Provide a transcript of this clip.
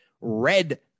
red